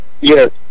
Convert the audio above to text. Yes